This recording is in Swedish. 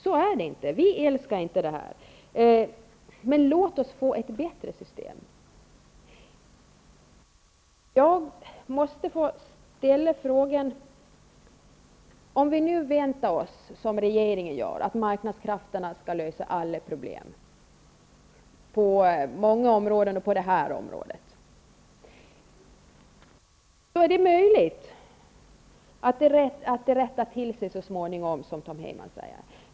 Så är det inte -- vi älskar inte det här. Men låt oss få ett bättre system. Jag måste få ställa en fråga. Regeringen väntar sig att marknadskrafterna skall lösa alla problem på olika områden och även på det här området. Då är det möjligt att det hela rättar till sig så småningom, som Tom Heyman säger.